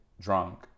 drunk